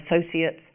associates